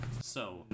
So-